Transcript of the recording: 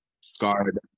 scarred